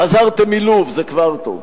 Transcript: חזרתם מלוב, זה כבר טוב.